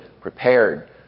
prepared